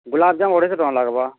ଗୁଲାବ୍ଜାମ୍ ଅଢ଼େଇ ଶହ ଟଙ୍କା ଲାଗ୍ବା